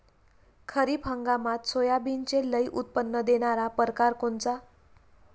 खरीप हंगामात सोयाबीनचे लई उत्पन्न देणारा परकार कोनचा?